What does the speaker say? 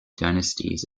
dynasties